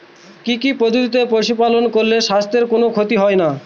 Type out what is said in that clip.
কি কি পদ্ধতিতে পশু পালন করলে স্বাস্থ্যের কোন ক্ষতি হয় না?